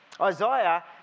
Isaiah